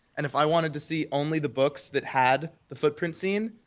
and if i wanted to see only the books that had the footprint scene,